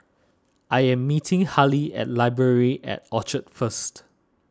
I am meeting Hali at Library at Orchard first